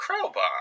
crowbar